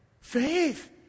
Faith